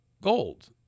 gold